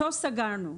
אותו סגרנו.